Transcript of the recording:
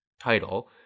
title